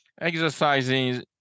exercising